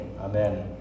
amen